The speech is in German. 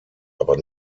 aber